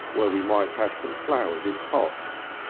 where we might have some flowers in pots.